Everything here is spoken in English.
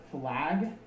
flag